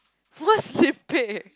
what's lim-peh